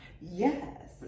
Yes